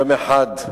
יום אחד,